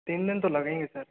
तीन दिन तो लगेंगे सर